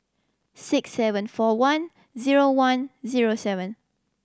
six seven four one zero one zero seven